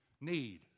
need